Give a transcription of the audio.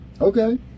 Okay